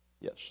yes